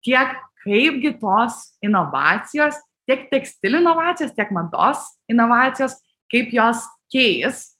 tiek kaipgi tos inovacijos tiek tekstilių inovacijos tiek mados inovacijos kaip jos keis